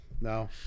No